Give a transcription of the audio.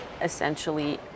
essentially